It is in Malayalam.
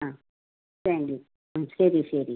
ആ താങ്ക് യൂ മ് ശരി ശരി